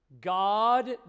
God